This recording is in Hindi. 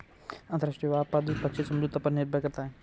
अंतरराष्ट्रीय व्यापार द्विपक्षीय समझौतों पर निर्भर करता है